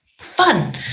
fun